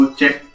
check